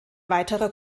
weiterer